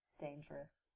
dangerous